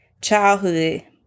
childhood